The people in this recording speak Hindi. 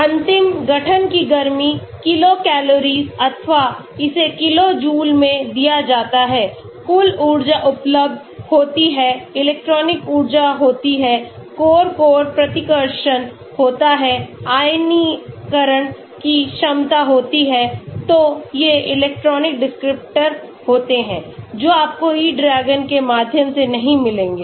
अंतिम गठन की गर्मी किलो कैलोरी अथवा इसे किलो जूल में दिया जाता है कुल ऊर्जा उपलब्ध होती है इलेक्ट्रॉनिक ऊर्जा होती है कोर कोर प्रतिकर्षण होता है आयनीकरण की क्षमता होती है तो ये इलेक्ट्रॉनिक डिस्क्रिप्टर होते हैं जो आपको E DRAGON के माध्यम से नहीं मिलेंगे